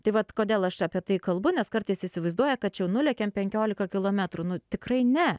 tai vat kodėl aš apie tai kalbu nes kartais įsivaizduoja kad čia nulekiam penkiolika kilometrų nu tikrai ne